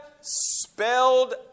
spelled